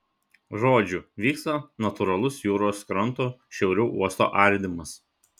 žodžiu vyksta natūralus jūros kranto šiauriau uosto ardymas